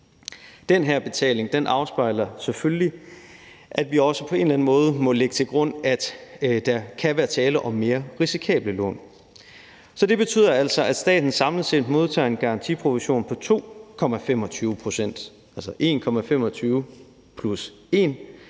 Den her betaling afspejler selvfølgelig, at vi også på en eller anden måde må lægge til grund, at der kan være tale om mere risikable lån. Så det betyder altså, at staten samlet set modtager en garantiprovision på 2,25 pct., altså 1,25 pct.